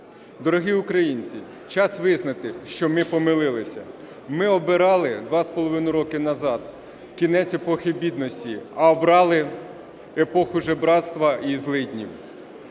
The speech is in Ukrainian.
Дорогі українці, час визнати, що ми помилилися. Ми обирали два з половиною роки назад кінець епохи бідності, а обрали епоху жебрацтва і злиднів.